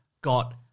got